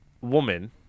woman